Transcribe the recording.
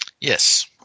Yes